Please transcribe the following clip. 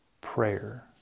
prayer